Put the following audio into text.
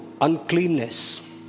uncleanness